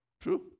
True